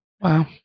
wow